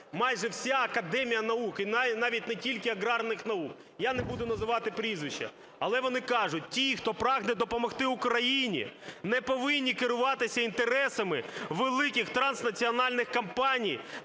майже вся Академія наук і навіть не тільки аграрних наук. Я не буду називати прізвища, але вони кажуть: ті, хто прагне допомогти Україні, не повинні керуватися інтересами великих транснаціональних компаній